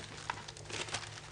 הישיבה ננעלה בשעה 13:55.